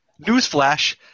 Newsflash